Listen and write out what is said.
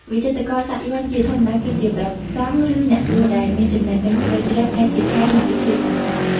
វិចិត្រករសាក់យ័ន្តជាធម្មតាគឺជាព្រះសង្ឃឬអ្នកបួសដែលមានចំណេះដឹងជ្រៅជ្រះផ្នែកគាថានិងពិធីសាសនា។